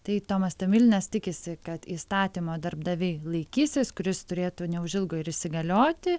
tai tomas tomilinas tikisi kad įstatymo darbdaviai laikysis kuris turėtų neužilgo ir įsigalioti